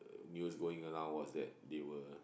news going around was that they were